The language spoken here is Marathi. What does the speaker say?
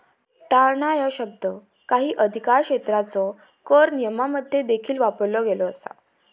टाळणा ह्यो शब्द काही अधिकारक्षेत्रांच्यो कर नियमांमध्ये देखील वापरलो गेलो असा